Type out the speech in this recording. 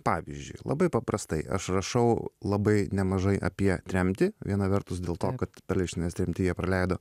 pavyzdžiui labai paprastai aš rašau labai nemažai apie tremtį viena vertus dėl to kad perelšteinas tremtyje praleido